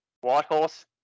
Whitehorse